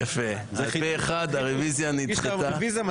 הצבעה הרביזיה לא